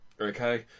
Okay